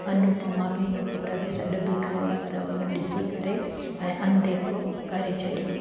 अनुपमा पंहिंजे पुट खे सॾ बि कयो पर उन ॾिसी करे ऐं अनदेखो करे छॾियो